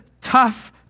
tough